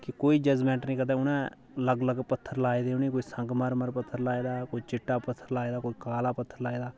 कि कोई जजमैंट नी करदा अलग अलग पत्थर लाऐ दे कोई संगमरमर पत्थर लाऐ दा कोई चिट्टा पत्थर लाए दा कोई काला पत्थर लाऐ दा